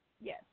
Yes